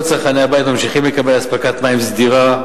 כל צרכני הבית ממשיכים לקבל אספקת מים סדירה,